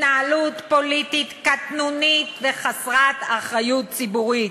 התנהלות פוליטית קטנונית וחסרת אחריות ציבורית.